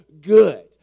good